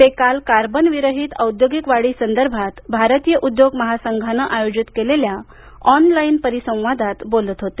ते काल कार्बनविरहित औद्योगिक वाढी संदर्भात भारतीय उद्योग महासंघानं आयोजित केलेल्या ऑनलाईन परिसंवादात बोलत होते